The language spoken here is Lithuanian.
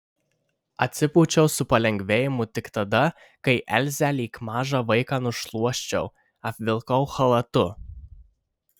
atsipūčiau su palengvėjimu tik tada kai elzę lyg mažą vaiką nušluosčiau apvilkau chalatu